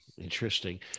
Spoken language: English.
Interesting